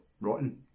rotten